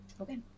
Okay